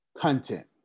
Content